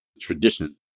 tradition